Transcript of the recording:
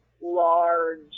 large